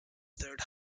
third